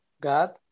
God